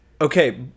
Okay